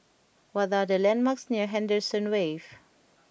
what are the landmarks near Henderson Wave